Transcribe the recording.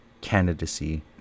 candidacy